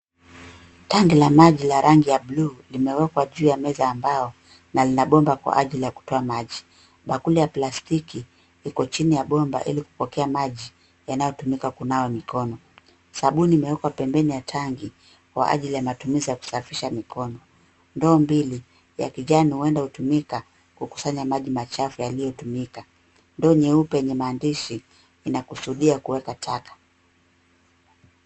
Tangi la maji la rangi ya buluu limewekwa juu ya meza ya mbao na lina bomba kwa ajili ya kutoa maji. Bakuli ya plastiki iko chini ya bomba ili kupokea maji yanayotumika kunawa mikono. Sabuni imewekwa pembeni ya tangi kwa ajili ya matumizi ya kusafisha mikono. Ndoo mbili ya kijani huenda hutumika kukusanya maji machafu yaliyotumika. Ndoo nyeupe yenye maandishi inakusudia kuweka taka.